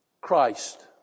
Christ